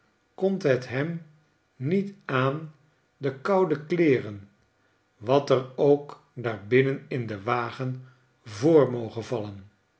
komt het hem niet aan dekoude kleeren wat er ook daar binnen in den wagen voor moge vallen